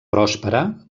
pròspera